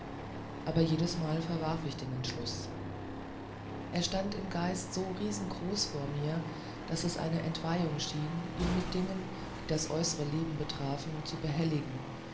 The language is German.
aber jedesmal verwarf ich den entschluß er stand im geist so riesengroß vor mir daß es eine entweihung schien ihn mit dingen die das äußere leben betrafen zu behelligen